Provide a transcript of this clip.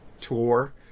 tour